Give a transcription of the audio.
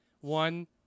one